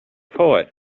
poet